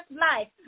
life